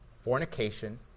fornication